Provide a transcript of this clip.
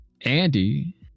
andy